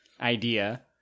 idea